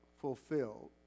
fulfilled